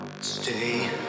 Stay